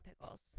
pickles